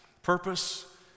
Purpose